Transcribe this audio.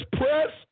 press